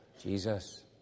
Jesus